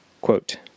Quote